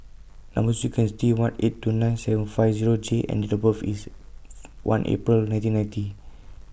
Number sequence IS T one eight two nine seven five Zero J and Date of birth IS one April nineteen ninety